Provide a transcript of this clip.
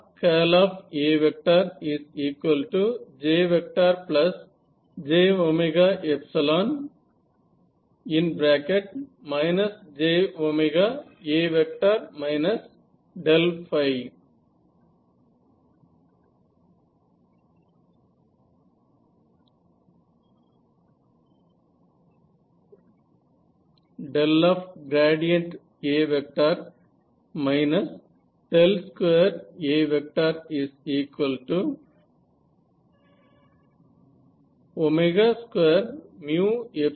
1 J j jA